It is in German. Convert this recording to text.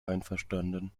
einverstanden